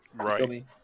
Right